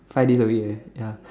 five days a week ya